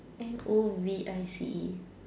N O V I C E